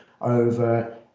over